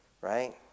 Right